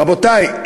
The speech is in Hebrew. רבותי,